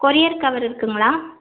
courier cover இருக்குதுங்களா